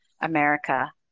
America